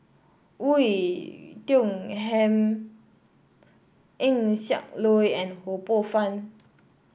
Oei Tiong Ham Eng Siak Loy and Ho Poh Fun